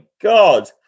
God